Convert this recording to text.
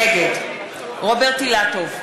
נגד רוברט אילטוב,